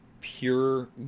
pure